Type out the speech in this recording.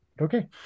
Okay